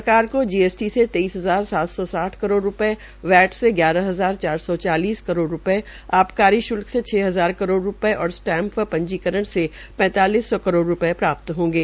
सरकार का जीएसटी से तेइस हजार सात सौ साठ करोड़ रूपये वैट से ग्यारह हजार चार सौ चालीस करोड़ रूपये आबकारी श्लक से छ हजार करोड़ रूपये और स्टैमप व पंजीकरण से पैंतालिस सौ करोड़ रूपये प्राप्त होंगे